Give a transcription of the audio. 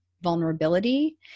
vulnerability